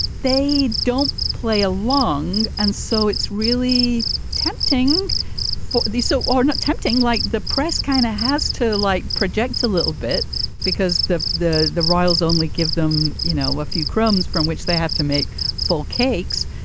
they don't play along. and so it's really tempting for these. so are not tempting. like the press kind of has to like projects a little bit because the the the royals only give them, you know, a few crumbs from which they have to make full cakes.